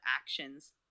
actions